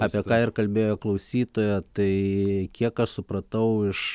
apie ką ir kalbėjo klausytoja tai kiek aš supratau iš